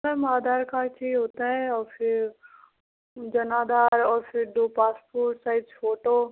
ma'am Aadhaar card चाहिए होता है और फिर जनाधार और फिर दो पासपोर्ट साइज़ फ़ोटो